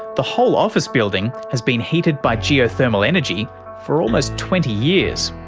the whole office building has been heated by geothermal energy for almost twenty years,